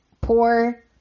Poor